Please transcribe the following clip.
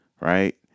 right